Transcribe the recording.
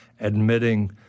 admitting